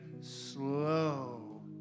slow